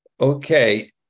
Okay